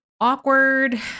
awkward